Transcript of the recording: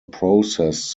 process